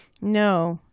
No